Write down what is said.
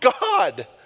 God